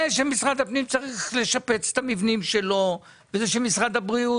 זה שמשרד הפנים צריך לשפץ את המבנים שלו ומשרד הבריאות